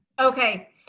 okay